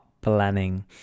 planning